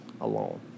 alone